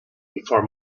before